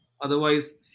Otherwise